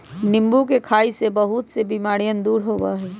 नींबू के खाई से बहुत से बीमारियन दूर होबा हई